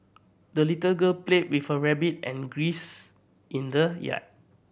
the little girl played with her rabbit and grins in the yard